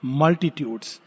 multitudes